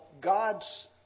God's